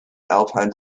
alpine